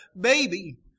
baby